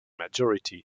majority